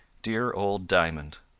dear old diamond!